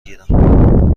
گیرم